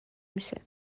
میشه